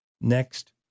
next